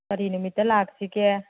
ꯀꯔꯤ ꯅꯨꯃꯤꯠꯇ ꯂꯥꯛꯁꯤꯒꯦ